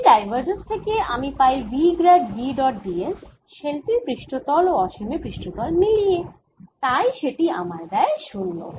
এই ডাইভারজেন্স থেকে আমি পাই V grad V dot ds shell টির পৃষ্ঠতল ও অসীমে পৃষ্ঠতল মিলিয়ে তাই সেটি আমায় দেয় 0